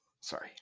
Sorry